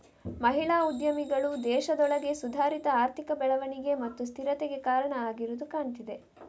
ಮಹಿಳಾ ಉದ್ಯಮಿಗಳು ದೇಶದೊಳಗೆ ಸುಧಾರಿತ ಆರ್ಥಿಕ ಬೆಳವಣಿಗೆ ಮತ್ತು ಸ್ಥಿರತೆಗೆ ಕಾರಣ ಆಗಿರುದು ಕಾಣ್ತಿದೆ